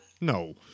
No